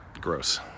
gross